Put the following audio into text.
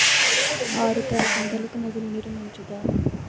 ఆరు తడి పంటలకు నదుల నీరు మంచిదా?